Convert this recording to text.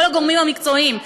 כל הגורמים המקצועיים.